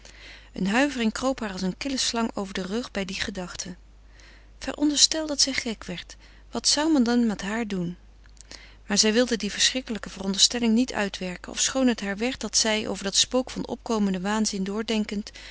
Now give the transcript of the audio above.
een huivering kroop haar als een kille slang over den rug bij die gedachte veronderstel dat zij gek werd wat zou men dan met haar doen maar zij wilde die verschrikkelijke veronderstelling niet uitwerken ofschoon het haar werd dat zij over dat spook van opkomenden waanzin doordenkend